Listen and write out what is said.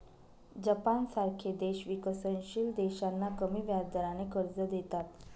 जपानसारखे देश विकसनशील देशांना कमी व्याजदराने कर्ज देतात